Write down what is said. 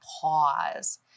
pause